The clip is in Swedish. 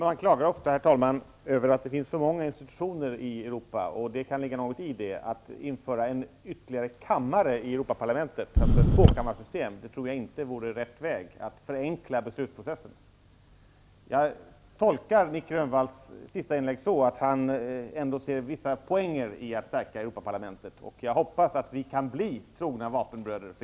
Herr talman! Det klagas ofta över att det finns för många institutioner i Europa, och det kan ligga något i det. Jag tror inte att det vore rätt väg, om man vill förenkla beslutsprocessen, att införa ytterligare en kammare i Europaparlamentet -- Jag tolkar Nic Grönvalls senaste inlägg så, att han ändå ser vissa poänger i ett stärkt Europaparlament. Jag hoppas att vi kan bli trogna vapenbröder.